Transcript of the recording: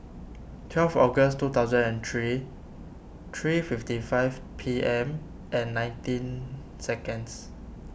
twelve August two thousand and three three fifty five P M and nineteen seconds